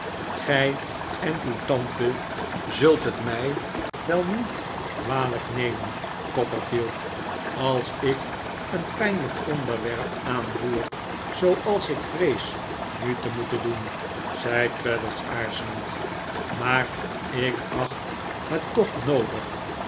gij en uw tante zult het mij wel niet kwalijk nemen copperfield als ik een pijnlijk onderwerp aanroer zooals ik vrees nu te moeten doen zei traddles aarzelend maar ik acht het toch noodig